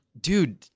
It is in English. dude